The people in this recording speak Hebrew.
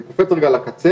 אני קופץ רגע לקצה,